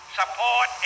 support